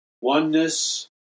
oneness